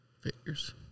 Figures